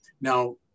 Now